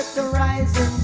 the rising